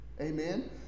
Amen